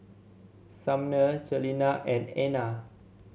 Sumner Celina and Anna